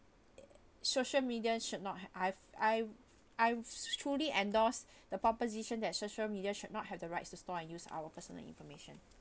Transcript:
social media should not have I've I've truly endorse the proposition that social media should not have the rights to store and use our personal information